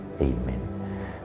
Amen